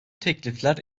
teklifler